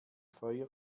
feuer